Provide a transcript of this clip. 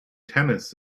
tennis